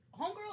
Homegirl